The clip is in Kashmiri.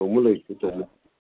توٚمُل ہے چھُ توٛمُل